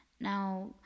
Now